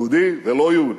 יהודי ולא יהודי,